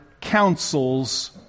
counsels